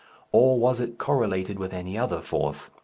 or was it correlated with any other force?